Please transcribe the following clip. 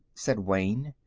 said wayne.